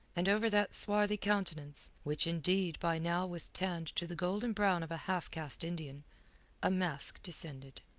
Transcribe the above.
and over that swarthy countenance which, indeed, by now was tanned to the golden brown of a half-caste indian a mask descended.